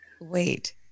wait